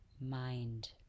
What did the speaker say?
mind